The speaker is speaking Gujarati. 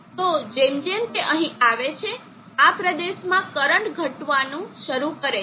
તો જેમ જેમ તે અહીં આવે છે આ પ્રદેશમાં કરંટ ઘટવાનું શરૂ કરે છે